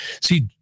See